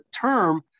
term